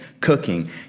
cooking